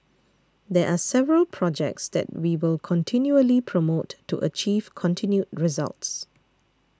there are several projects that we will continually promote to achieve continued results